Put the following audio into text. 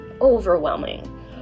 overwhelming